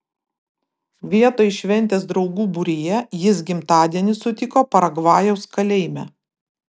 vietoj šventės draugų būryje jis gimtadienį sutiko paragvajaus kalėjime